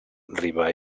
riba